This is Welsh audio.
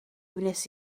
wnes